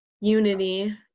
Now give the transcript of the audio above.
unity